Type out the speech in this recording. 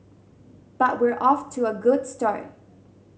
but we're off to a good start